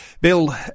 Bill